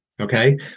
Okay